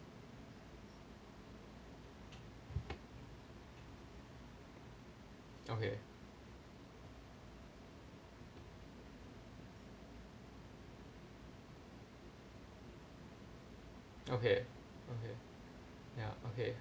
okay okay okay ya okay